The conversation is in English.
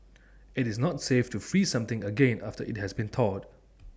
IT is not safe to freeze something again after IT has been thawed